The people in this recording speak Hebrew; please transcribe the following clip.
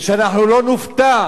אנחנו לא נופתע